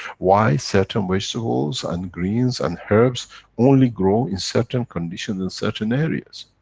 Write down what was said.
why certain vegetables and greens and herbs only grow in certain conditions, in certain areas.